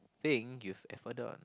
thing you've ever done